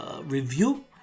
review